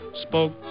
spoke